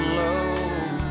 low